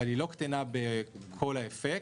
אבל היא לא קטנה בכל האפקט,